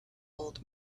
old